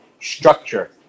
structure